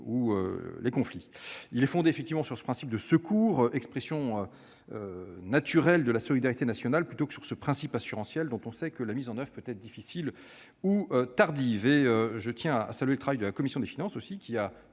ou les conflits. Ce texte est fondé sur le principe du secours, expression naturelle de la solidarité nationale, plutôt que sur le principe assurantiel, dont on sait que la mise en oeuvre peut être difficile ou tardive. Je tiens également à saluer le travail de la commission des finances, qui a